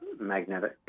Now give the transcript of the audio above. magnetic